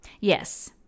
yes